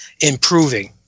improving